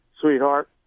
sweetheart